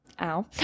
ow